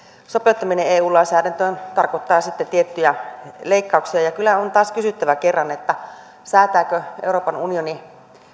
sopeuttaminen eu lainsäädäntöön tarkoittaa sitten tiettyjä leikkauksia kyllä on kysyttävä taas kerran säätääkö euroopan unioni